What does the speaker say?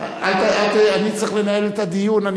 אני צריך לנהל את הדיון.